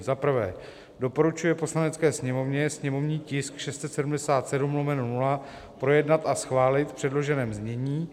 I. doporučuje Poslanecké sněmovně sněmovní tisk 677/0 projednat a schválit v předloženém znění;